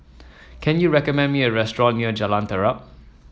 can you recommend me a restaurant near Jalan Terap